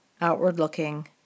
outward-looking